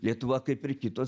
lietuva kaip ir kitos